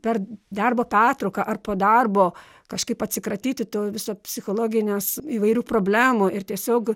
per darbo pertrauką ar po darbo kažkaip atsikratyti to viso psichologinės įvairių problemų ir tiesiog